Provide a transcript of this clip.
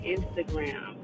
Instagram